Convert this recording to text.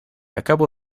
acabo